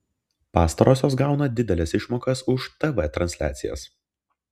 pastarosios gauna dideles išmokas už tv transliacijas